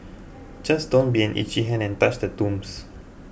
just don't be an itchy hand and touch the tombs